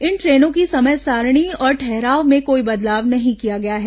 इन ट्रेनों की समय सारिणी और ठहराव में कोई बदलाव नहीं किया गया है